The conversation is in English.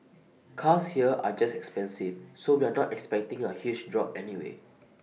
cars here are just expensive so we are not expecting A huge drop anyway